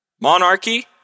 monarchy